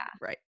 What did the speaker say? Right